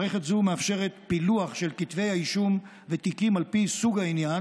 מערכת זו מאפשרת פילוח של כתבי אישום ותיקים על פי סוג העניין,